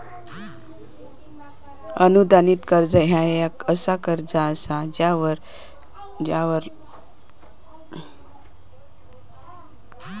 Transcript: अनुदानित कर्ज ह्या एक कर्ज असा ज्यावरलो व्याज स्पष्ट किंवा छुप्या सबसिडीने कमी केला जाता